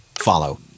follow